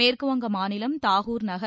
மேற்குவங்க மாநிலம் தாகூர் நகர்